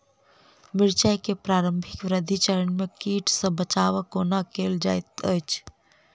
मिर्चाय केँ प्रारंभिक वृद्धि चरण मे कीट सँ बचाब कोना कैल जाइत अछि?